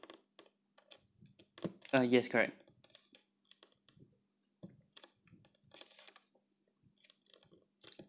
uh yes correct